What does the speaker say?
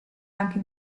anche